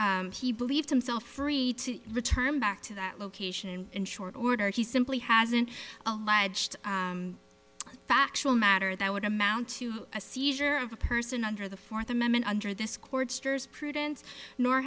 had he believed himself free to return back to that location and in short order he simply hasn't alleged factual matter that would amount to a seizure of a person under the fourth amendment under this court stirs prudence nor